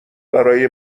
برای